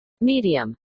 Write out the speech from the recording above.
MEDIUM